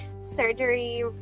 surgery